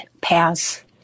pass